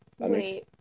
Wait